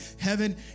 heaven